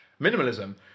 minimalism